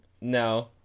No